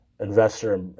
investor